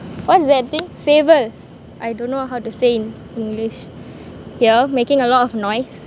what's that thing சேவல்:sewal I don't know how to say in english here making a lot of noise